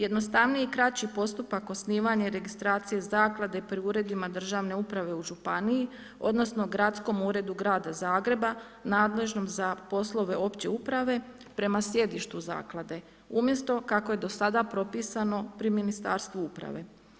Jednostavniji i kraći postupak osnivanja i registracije zaklade pri uredima državne uprave u županiji odnosno Gradskom uredu Gradu Zagrebu nadležnom za poslove opće uprave prema sjedištu zaklade, umjesto kako je do sada propisano pri Ministarstvu uprave.